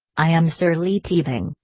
i am sir leigh teabing,